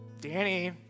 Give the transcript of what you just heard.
Danny